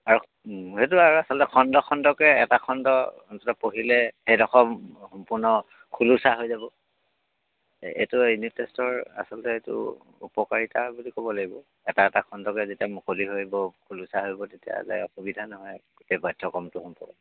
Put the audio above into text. আৰু সেইটো আৰু আচলতে খণ্ড খণ্ডকৈ এটা খণ্ড অন্ততঃ পঢ়িলে সেইডোখৰ সম্পূৰ্ণ খোলোচা হৈ যাব এ এইটো ইউনিট টেষ্টৰ আচলতে এইটো উপকাৰীতা বুলি ক'ব লাগিব এটা এটা খণ্ডকৈ যেতিয়া মুকলি হৈ আহিব খোলোচা হৈ আহিব তেতিয়া যায় অসুবিধা নহয় আৰু গোটেই পাঠ্যক্ৰমটো সম্পৰ্কত